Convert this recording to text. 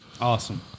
Awesome